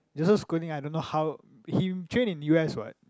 Joseph Schooling I don't know how he trained in u_s what